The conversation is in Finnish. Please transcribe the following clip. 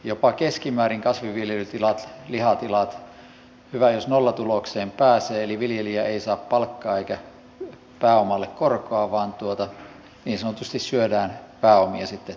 jopa keskimäärin on niin että hyvä jos kasvinviljelytiloilla lihatiloilla nollatulokseen pääsee eli viljelijä ei saa palkkaa eikä pääomalle korkoa vaan niin sanotusti syödään pääomia sitten kuluva vuosi